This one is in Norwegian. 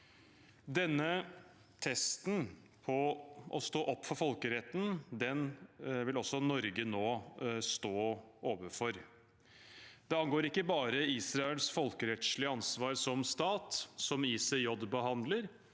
Denne testen på å stå opp for folkeretten vil også Norge nå stå overfor. Det angår ikke bare Israels folkerettslige ansvar som stat, som ICJ behandler,